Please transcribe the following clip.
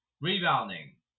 Rebounding